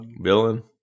Villain